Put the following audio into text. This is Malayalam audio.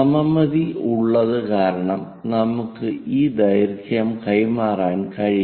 സമമിതി ഉള്ളത് കാരണം നമുക്ക് ഈ ദൈർഘ്യം കൈമാറാൻ കഴിയും